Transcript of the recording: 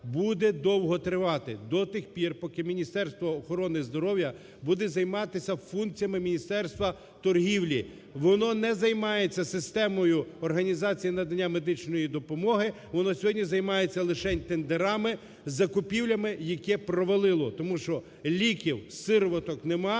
Буде довго тривати. До тих пір, поки Міністерство охорони здоров'я буде займатися функціями міністерства торгівлі. Воно не займається системою організації надання медичної допомоги. Воно сьогодні займається лишень тендерами, закупівлями, яке провалило, тому що ліків, сироваток немає,